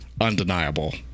undeniable